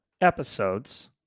episodes